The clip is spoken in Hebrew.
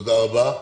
תודה רבה.